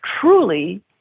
truly